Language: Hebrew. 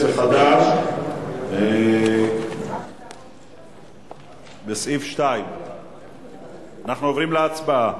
וקבוצת סיעת חד"ש לסעיף 2. אנחנו עוברים להצבעה.